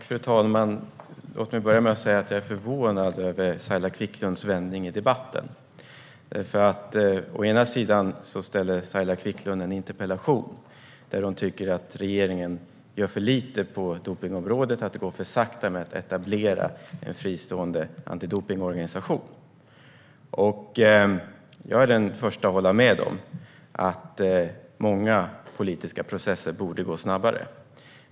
Fru talman! Jag är förvånad över Saila Quicklunds vändning i debatten. Saila Quicklund ställer en interpellation där hon tycker att regeringen gör för lite på dopningsområdet och att det går för sakta med att etablera en fristående antidopningsorganisation. Jag är den första att hålla med om att många politiska processer borde gå snabbare.